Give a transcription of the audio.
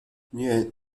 nie